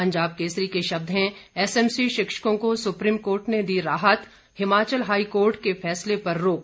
पंजाब केसरी के शब्द हैं एसएमसी शिक्षकों को सुप्रीम कोर्ट ने दी राहत हिमाचल हाईकोर्ट के फैसले पर रोक